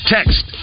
Text